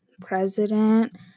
President